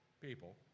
people